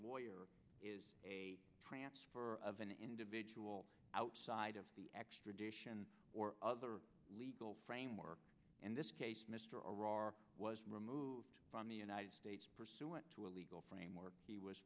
lawyer is a transfer of an individual outside of the extradition or other legal framework in this case mr arar was removed from the united states pursuant to a legal framework he was